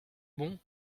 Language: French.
bon